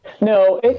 No